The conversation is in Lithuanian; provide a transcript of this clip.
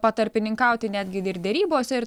patarpininkauti netgi ir derybose ir